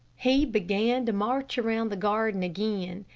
he began to march around the garden again,